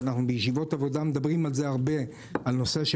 ואנחנו בישיבות עבודה מדברים רבות איך